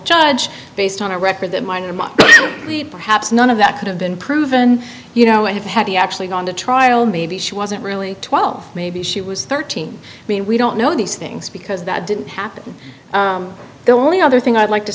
judge based on a record that might perhaps none of that could have been proven you know i have had he actually gone to trial maybe she wasn't really twelve maybe she was thirteen i mean we don't know these things because that didn't happen the only other thing i'd like to